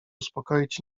uspokoić